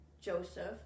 joseph